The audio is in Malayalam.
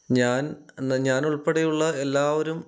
ഞാൻ ഞാനുൾപ്പടെ ഉള്ള എല്ലാവരും